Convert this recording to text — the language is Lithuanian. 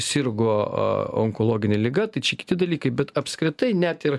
sirgo a onkologine liga tai čia kiti dalykai bet apskritai net ir